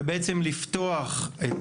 ובעצם לפתוח את